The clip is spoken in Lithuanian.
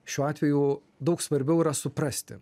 šiuo atveju daug svarbiau yra suprasti